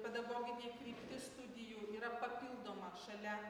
pedagoginė kryptis studijų yra papildoma šalia